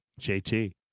JT